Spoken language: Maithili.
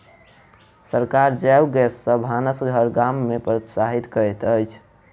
सरकार जैव गैस सॅ भानस घर गाम में प्रोत्साहित करैत अछि